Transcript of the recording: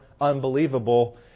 unbelievable